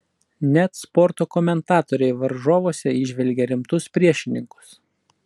net sporto komentatoriai varžovuose įžvelgia rimtus priešininkus